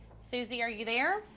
susie, are you there?